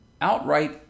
outright